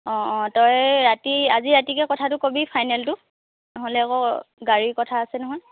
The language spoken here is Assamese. অ অ তই ৰাতি আজি ৰাতিকৈ কথাটো ক'বি ফাইনেলটো নহ'লে আকৌ গাড়ীৰ কথা আছে নহয়